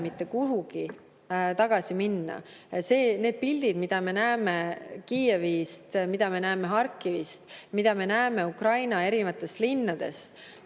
mitte kuhugi tagasi minna. Need pildid, mida me näeme Kiievist, mida me näeme Harkivist, mida me näeme Ukraina erinevatest linnadest,